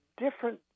different